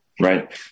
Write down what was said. right